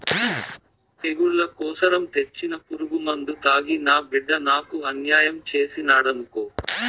తెగుళ్ల కోసరం తెచ్చిన పురుగుమందు తాగి నా బిడ్డ నాకు అన్యాయం చేసినాడనుకో